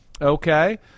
Okay